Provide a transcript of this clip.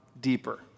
deeper